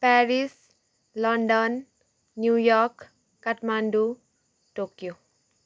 Paris London New York Kathmandu Tokyo